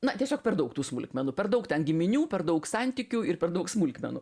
na tiesiog per daug tų smulkmenų per daug ten giminių per daug santykių ir per daug smulkmenų